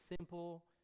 simple